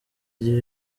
gihe